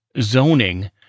zoning